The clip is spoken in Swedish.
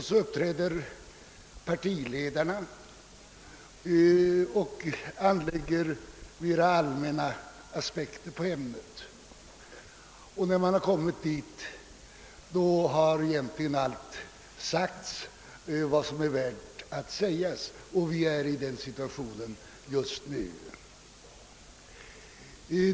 Därefter uppträder partiledarna och anlägger mera allmänna aspekter på ämnet. Och när man har kommit dit, då har egentligen allt sagts som är värt att sägas. Vi befinner oss i den situationen just nu.